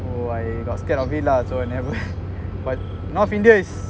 so I got scared of it lah so I never went but now india is